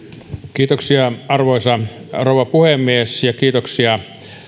arvoisa rouva puhemies kiitoksia